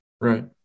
Right